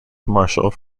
marshall